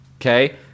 Okay